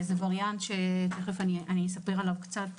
זה וריאנט שאני אספר עליו קצת,